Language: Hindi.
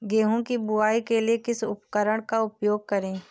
गेहूँ की बुवाई के लिए किस उपकरण का उपयोग करें?